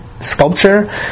sculpture